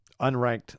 Unranked